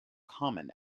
common